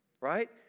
Right